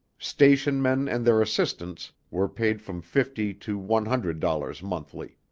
station men and their assistants were paid from fifty to one hundred dollars monthly.